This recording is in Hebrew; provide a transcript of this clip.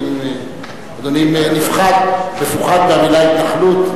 האם אדוני מפוחד מהמלה התנחלות?